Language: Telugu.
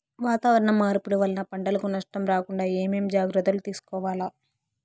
వాతావరణ మార్పులు వలన పంటలకు నష్టం రాకుండా ఏమేం జాగ్రత్తలు తీసుకోవల్ల?